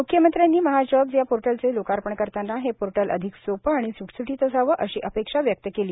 म्ख्यमंत्र्यांनी महाजॉब्स या पोर्टलचे लोकार्पण करतांना हे पोर्टल अधिक सोपे आणि स्टस्टीत असावे अशी अपेक्षा व्यक्त केली